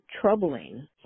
troubling